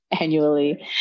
annually